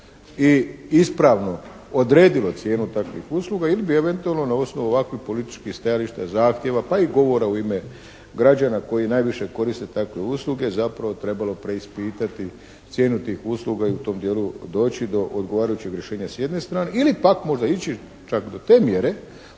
i ispravno odredilo cijenu takvih usluga ili bi eventualno na osnovu ovakvih političkih stajališta, zahtjeva pa i govora u ime građana koji najviše koriste takve usluge zapravo trebalo preispitati cijenu tih usluga i u tom dijelu doći do odgovarajućeg rješenja s jedne strane, ili pak možda ići čak do te mjere